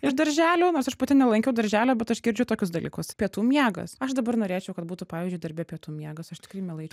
iš darželių nors aš pati nelankiau darželio bet aš girdžiu tokius dalykus pietų miegas aš dabar norėčiau kad būtų pavyzdžiui darbe pietų miegas aš tikrai mielai